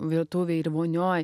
virtuvėj ir vonioj